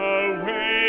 away